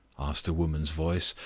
asked a woman's voice,